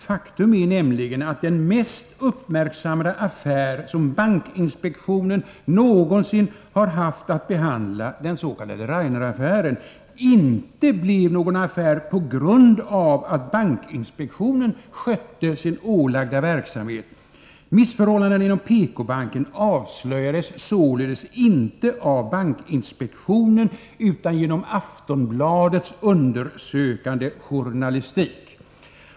Faktum är nämligen att den mest uppmärksammade affär som bankinspektionen någonsin haft att behandla, den s.k. Raineraffären, inte på grund av att bankinspektionen skötte sin ålagda verksamhet blev en affär. Missförhållandena inom PK-banken avslöjades således inte av bankinspektionen utan genom Aftonbladets undersökande journalistik.